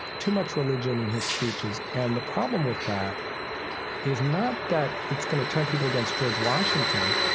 too much religion in his speeches. and the problem with that is not that it's going to turn people against george washington,